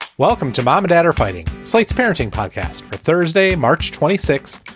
welcome to mom or dad or fighting slate's parenting podcast for thursday, march twenty six,